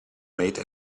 made